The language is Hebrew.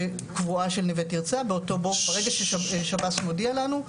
ברגע ששב"ס מודיע לנו,